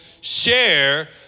share